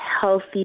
healthy